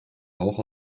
rauch